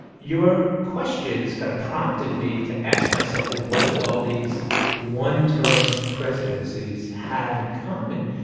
your question kind of prompted me to ask myself what do all these one-term presidencies have in common?